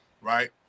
right